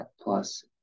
plus